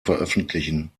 veröffentlichen